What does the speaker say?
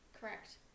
correct